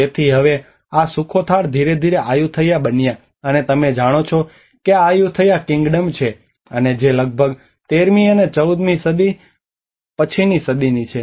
તેથી હવે આ સુખોથાળ ધીરે ધીરે આયુથૈયા બન્યા છે તમે જાણો છો કે આ આયુથૈયા કિંગડમ છે અને જે લગભગ 13 મી અને 14 મી સદી પછીની સદીની છે